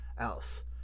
else